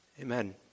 Amen